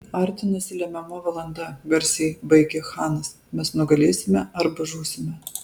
artinasi lemiama valanda garsiai baigė chanas mes nugalėsime arba žūsime